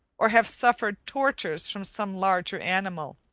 or have suffered tortures from some larger animal.